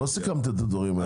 לא סיכמתם את הדברים האלה.